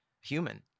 human